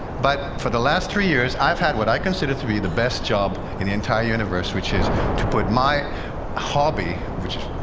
but for the last three years, i've had what i consider to be the best job in the entire universe, which is to put my hobby which is,